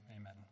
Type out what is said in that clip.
amen